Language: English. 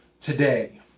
today